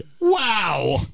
wow